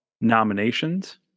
nominations